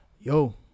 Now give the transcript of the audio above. Yo